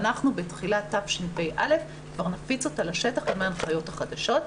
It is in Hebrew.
בתחילת תשפ"א כבר נפיץ אותה לשטח עם ההנחיות החדשות,